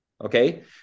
okay